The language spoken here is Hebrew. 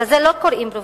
לזה לא קוראים פרובוקציה,